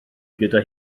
gyda